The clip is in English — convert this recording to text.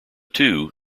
two